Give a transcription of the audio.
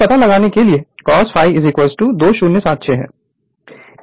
यह पता लगाने के लिए cos Ჶ 2076 है